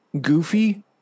goofy